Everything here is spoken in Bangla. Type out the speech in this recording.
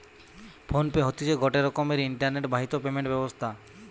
ফোন পে হতিছে গটে রকমের ইন্টারনেট বাহিত পেমেন্ট ব্যবস্থা